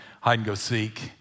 hide-and-go-seek